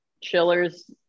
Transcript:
chillers